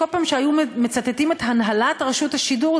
בכל פעם שהיו מצטטים את הנהלת רשות השידור,